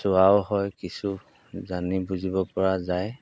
চোৱাও হয় কিছু জানিব বুজিব পৰা যায়